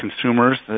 consumers